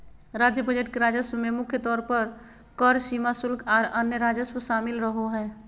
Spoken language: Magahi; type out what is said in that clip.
राज्य बजट के राजस्व में मुख्य तौर पर कर, सीमा शुल्क, आर अन्य राजस्व शामिल रहो हय